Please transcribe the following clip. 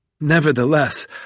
Nevertheless